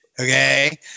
Okay